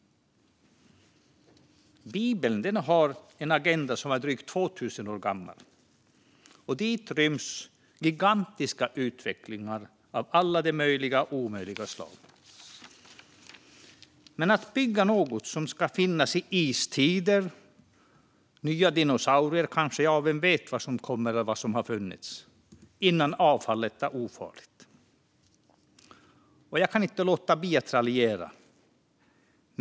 Bibeln har en agenda som är drygt 2 000 år gammal, och där ryms en gigantisk utveckling av alla möjliga och omöjliga slag. Men att bygga något som ska finnas i istider och när det kanske kommer nya dinosaurier. Ja, vem vet vad som kommer eller vad som har funnits innan avfallet är ofarligt. Jag kan inte låta bli att raljera.